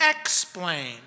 explain